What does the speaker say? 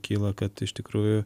kyla kad iš tikrųjų